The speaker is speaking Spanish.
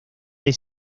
del